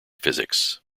physics